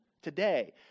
today